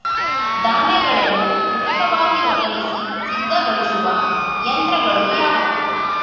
ಧಾನ್ಯಗಳನ್ನು ಕೃತಕವಾಗಿ ಒಣಗಿಸಿ ಸಿದ್ದಗೊಳಿಸುವ ಯಂತ್ರಗಳು ಯಾವುವು?